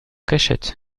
cachette